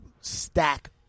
stack